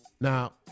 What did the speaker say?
Now